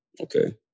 okay